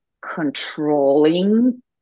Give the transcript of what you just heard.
controlling